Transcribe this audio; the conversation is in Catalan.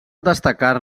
destacar